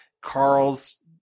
carl's